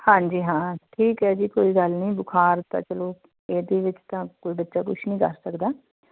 ਹਾਂਜੀ ਹਾਂ ਠੀਕ ਹੈ ਜੀ ਕੋਈ ਗੱਲ ਨਹੀਂ ਬੁਖਾਰ ਤਾਂ ਚਲੋ ਇਹਦੇ ਵਿੱਚ ਤਾਂ ਕੋਈ ਬੱਚਾ ਕੁਛ ਨਹੀਂ ਕਰ ਸਕਦਾ